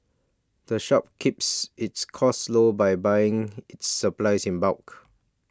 the shop keeps its costs low by buying its supplies in bulk